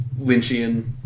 Lynchian